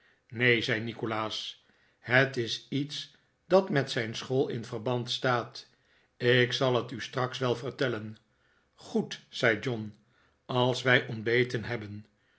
neen zei nikolaas het is iets dat met zijn school in verband staat ik zal het u straks wel vertellen goed zei john als wij ontbeten nebben